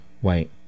white